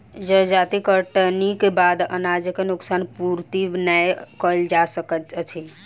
जजाति कटनीक बाद अनाजक नोकसान पूर्ति नै कयल जा सकैत अछि